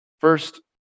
First